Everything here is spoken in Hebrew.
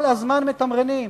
כל הזמן מתמרנים,